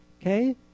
Okay